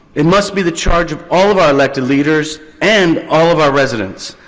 it must be the charge of all of our elected leaders and all of our residents.